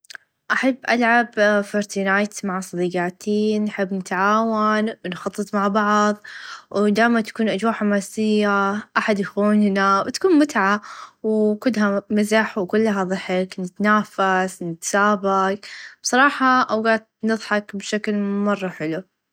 أحب ألعب Feart Night مع صديقاتي نحب نتعاون نخطط مع بعظ و دايما تكون أچواء حماسيه أحد إخوانانا و تكون متعه كلها مزح و كلها ظحك نتنافس نتسابق بصراحه أوقات نظحك بشكل مره حلو.